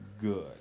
good